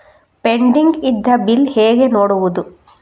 Pending ಇದ್ದ bill ಹೇಗೆ ನೋಡುವುದು?